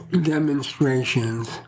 demonstrations